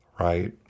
Right